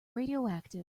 radioactive